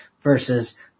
versus